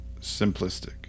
simplistic